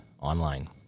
online